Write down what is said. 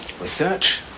research